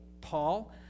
Paul